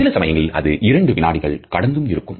சில சமயங்களில் அது இரண்டு வினாடிகள் கடந்தும் இருக்கும்